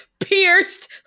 pierced